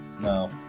No